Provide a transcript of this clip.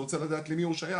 הוא רוצה לדעת למי הוא שייך,